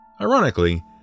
Ironically